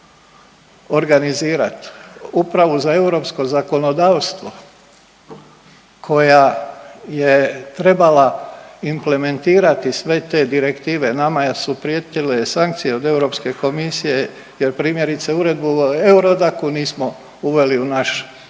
ovo organizirat, upravu za europsko zakonodavstvo koja je trebala implementirati sve te direktive. Nama su prijetile sankcije od Europske komisije jer primjerice Uredbu o Eurodacu nismo uveli u naš